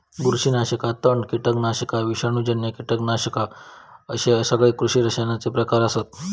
बुरशीनाशका, तण, कीटकनाशका, विषाणूजन्य कीटकनाशका अश्ये सगळे कृषी रसायनांचे प्रकार आसत